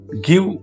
give